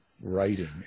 writing